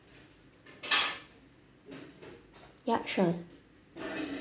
yup sure